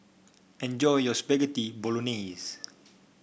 enjoy your Spaghetti Bolognese